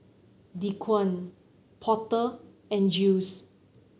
Dequan Porter and Jiles